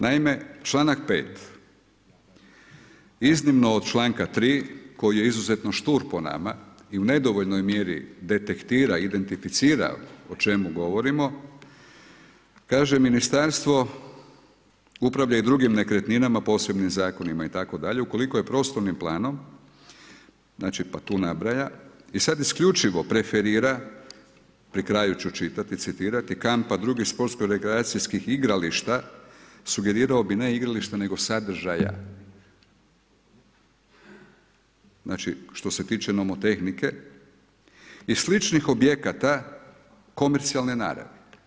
Naime, članak 5. iznimno od članka 3. koji je izuzetno štur po nama i u nedovoljnoj mjeri detektira, identificira o čemu govorimo kaže ministarstvo upravlja i drugim nekretninama posebnim zakonima itd. ukoliko je prostornim planom, pa tu nabraja i sada isključivo preferira, pri kraju ću čitati, citirati, kampa, drugih sportsko rekreacijskih igrališta, sugerirao bi ne igrališta nego sadržaja, znači što se tiče nomotehnike i sličnih objekata komercijalne naravi.